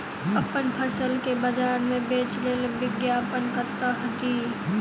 अप्पन फसल केँ बजार मे बेच लेल विज्ञापन कतह दी?